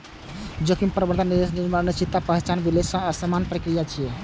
जोखिम प्रबंधन निवेश निर्णय मे अनिश्चितताक पहिचान, विश्लेषण आ शमनक प्रक्रिया छियै